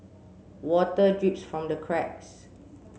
water drips from the cracks